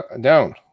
down